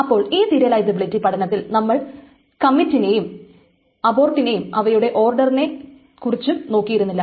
അപ്പോൾ ഈ സീരിയലിസബിലിറ്റി പഠനത്തിൽ നമ്മൾ കമ്മിറ്റിനേയും അബോർട്ടിനേയും അവയുടെ ഓർഡറിനെ കുറിച്ചും നോക്കിയിരുന്നില്ല